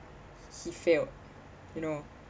he failed you know